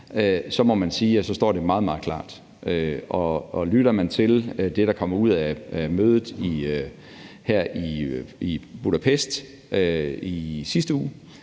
så står det meget, meget klart. Og læser man det, der kom ud af mødet i Budapest her i slutningen